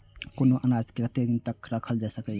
कुनू अनाज कतेक दिन तक रखल जाई सकऐत छै?